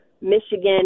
Michigan